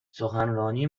سخنرانی